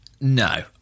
No